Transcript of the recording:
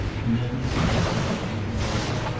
and then as he looked at her little harder,